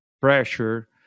pressure